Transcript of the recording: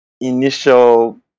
initial